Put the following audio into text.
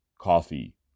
coffee